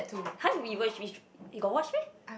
!huh! we watch you got watch meh